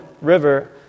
River